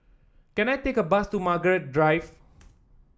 can I take a bus to Margaret Drive